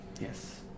Yes